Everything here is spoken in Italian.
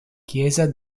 chiesa